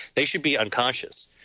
they should be unconscious.